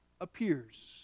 appears